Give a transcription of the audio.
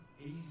easy